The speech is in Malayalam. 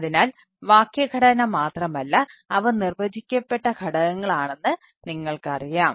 അതിനാൽ വാക്യഘടന മാത്രമല്ല അവ നിർവചിക്കപ്പെട്ട ഘടകങ്ങളാണെന്ന് നിങ്ങൾക്കറിയാം